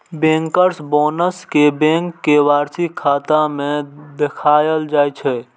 bankers bonus कें bank के वार्षिक खाता मे देखाएल जाइ छै